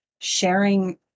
sharing